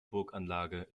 burganlage